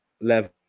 level